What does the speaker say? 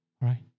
right